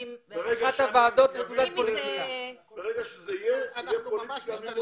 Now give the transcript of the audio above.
אנחנו ממש משתדלים לא